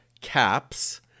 caps